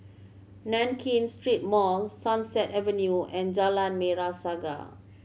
Nankin Street Mall Sunset Avenue and Jalan Merah Saga